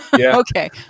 Okay